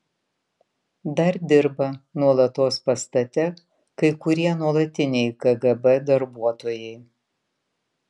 dar dirba nuolatos pastate kai kurie nuolatiniai kgb darbuotojai